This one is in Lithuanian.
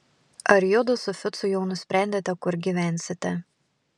ar judu su ficu jau nusprendėte kur gyvensite